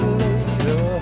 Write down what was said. later